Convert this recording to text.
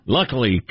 Luckily